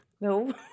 No